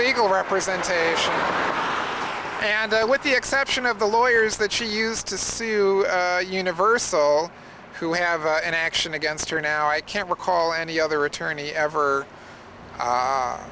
legal representation and with the exception of the lawyers that she used to see to universal who have an action against her now i can't recall any other attorney ever